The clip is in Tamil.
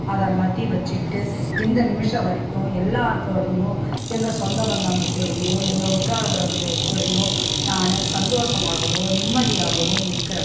அதை எல்லாத்தியும் வச்சுக்கிட்டு இந்த நிமிடம் வரைக்கும் எல்லோத்தோடையும் எங்கள் சொந்தம் பந்தங்க கூடயும் எங்கள் உற்றார் உறவினர் கூடயும் நான் சந்தோஷமாகவும் நிம்மதியாகவும் இருக்கிறன்